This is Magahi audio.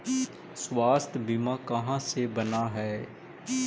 स्वास्थ्य बीमा कहा से बना है?